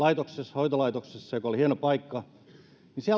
hoitolaitoksessa joka oli hieno paikka siellä oli ongelmana se